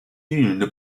une